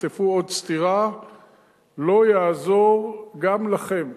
ותחטפו עוד סטירה לא יעזור גם לכם.